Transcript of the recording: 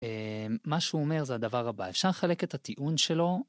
מה שהוא אומר זה הדבר הבא, אפשר לחלק את הטיעון שלו